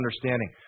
understanding